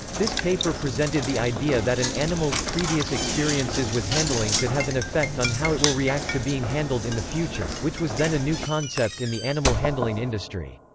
this paper presented the idea that an animal's previous experiences with handling could have an effect on how it will react to being handled in the future, which was then a new concept in the animal-handling industry.